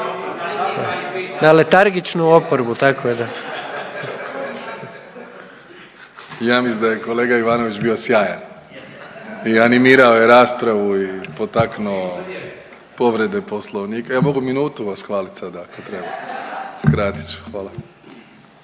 **Plenković, Andrej (HDZ)** Ja mislim da je kolega Ivanović bio sjajan i animirao je raspravu i potaknuo povrede Poslovnika. Ja mogu minutu vas hvaliti sad ako treba. Skratit ću, hvala.